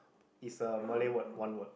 it's a Malay word one word